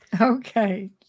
Okay